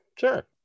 sure